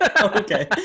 okay